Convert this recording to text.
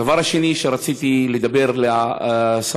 הדבר השני שרציתי לדבר עליו,